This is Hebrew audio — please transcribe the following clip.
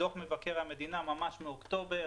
דוח מבקר המדינה מאוקטובר